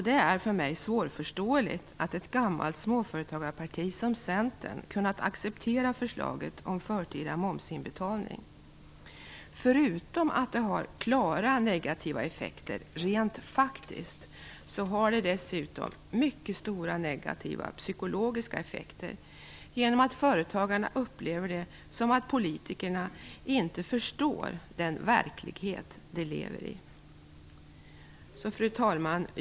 Det är för mig svårförståeligt att ett gammalt småföretagarparti som Centern har kunnat acceptera förslaget om förtida momsinbetalning. Förutom att det har klara negativa effekter rent faktiskt, har det dessutom mycket stora negativa psykologiska effekter genom att företagarna upplever det som att politikerna inte förstår den verklighet som företagarna lever i. Fru talman!